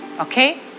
Okay